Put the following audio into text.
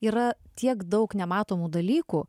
yra tiek daug nematomų dalykų